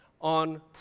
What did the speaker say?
on